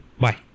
bye